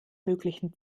möglichen